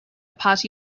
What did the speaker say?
party